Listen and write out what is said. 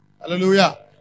Hallelujah